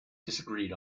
disagreed